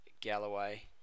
Galloway